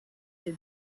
des